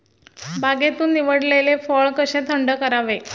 बागेतून निवडलेले फळ कसे थंड करावे?